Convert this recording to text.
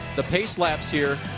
the pace laps here,